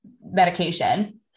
medication